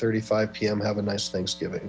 thirty five p m have a nice thanksgiving